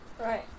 Right